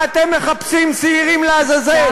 ואתם מחפשים שעירים לעזאזל.